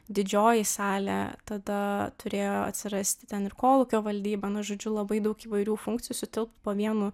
didžioji salė tada turėjo atsirasti ten ir kolūkio valdyba nu žodžiu labai daug įvairių funkcijų sutilpt po vienu